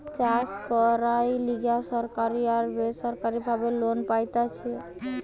চাষ কইরার লিগে সরকারি আর বেসরকারি ভাবে লোন পাইতেছি